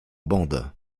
bandes